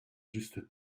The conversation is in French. juste